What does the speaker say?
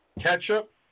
ketchup